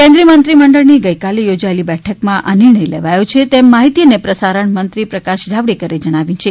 કેન્દ્રિય મંત્રી મંડળની ગઈકાલે યોજાયેલી બેઠકમાં નિર્ણય લેવાયો છે તેમ માહિતી અને પ્રસારણ મંત્રી પ્રકાશ જાવડેકરે જણાવ્યુ છે